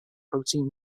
protein